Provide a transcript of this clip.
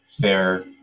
fair